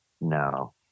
No